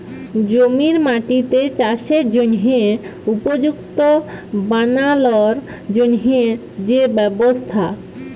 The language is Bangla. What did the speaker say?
জমির মাটিকে চাসের জনহে উপযুক্ত বানালর জন্হে যে ব্যবস্থা